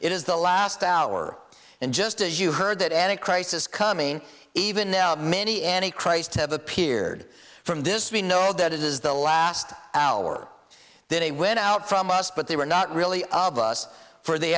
it is the last hour and just as you heard that any crisis coming even now many any christ have appeared from this we know that it is the last hour that they went out from us but they were not really of us for the